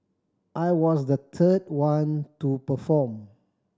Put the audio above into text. I was the third one to perform